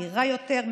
מהירה יותר,